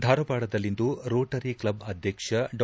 ಧಾರವಾಡದಲ್ಲಿಂದು Rotary club ಅಧ್ವಕ್ಷ ಡಾ